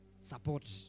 support